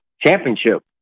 championship